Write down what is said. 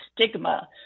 stigma